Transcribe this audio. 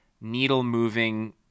needle-moving